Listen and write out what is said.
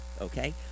Okay